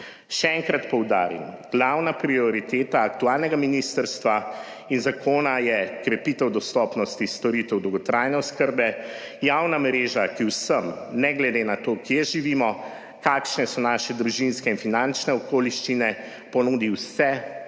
Še enkrat poudarim, glavna prioriteta aktualnega ministrstva in zakona je krepitev dostopnosti storitev dolgotrajne oskrbe, javna mreža, ki vsem, ne glede na to, kje živimo, kakšne so naše družinske in finančne okoliščine, ponudi vse,